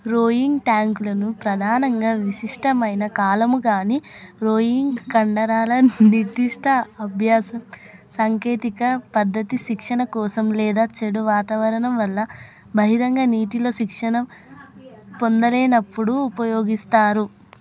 rowing ట్యాంకులను ప్రధానంగా విశిష్టమైన కాలము కానీ రోయింగ్ కండరాల నిర్దిష్ట అభ్యాసం సాంకేతిక పద్ధతి శిక్షణ కోసం లేదా చెడు వాతావరణం వల్ల బహిరంగ నీటిలో శిక్షణ పొందలేన్నపుడు ఉపయోగిస్తారు